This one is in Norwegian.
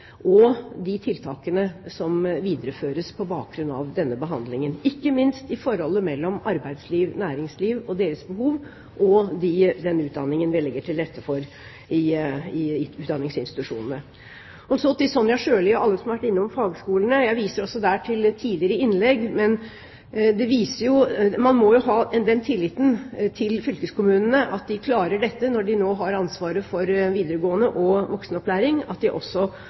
og de tiltakene som videreføres på bakgrunn av denne behandlingen, ikke minst forholdet mellom arbeidsliv, næringsliv og behovet der, og den utdanningen vi legger til rette for i utdanningsinstitusjonene. Så til Sonja Sjøli og alle som har vært innom fagskolene. Jeg viser også der til tidligere innlegg, men man må jo ha tillit til at fylkeskommunene, når de nå har ansvaret for videregående og voksenopplæring,